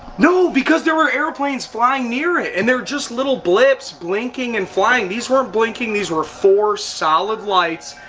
no! because there were airplanes flying near it, and they're just little blips blinking and flying, these weren't blinking, these were four solid lights,